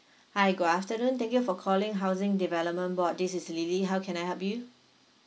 hi good afternoon thank you for calling housing development board this is lily how can I help you